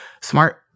smart